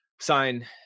sign